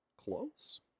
close